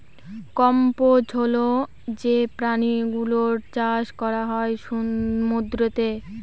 কম্বোজ হল যে প্রাণী গুলোর চাষ করা হয় সমুদ্রতে